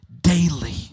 daily